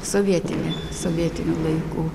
sovietinė sovietinių laikų